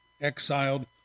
exiled